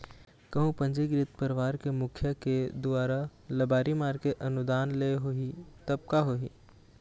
कहूँ पंजीकृत परवार के मुखिया के दुवारा लबारी मार के अनुदान ले होही तब का होही?